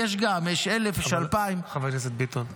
יש גם, יש 1,000, יש 2,000. חבר הכנסת ביטון.